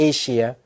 Asia